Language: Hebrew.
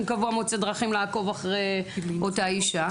קבוע מוצא דרכים לעקוב אחרי אותה אישה?